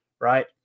right